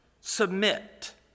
submit